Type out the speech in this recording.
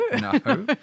No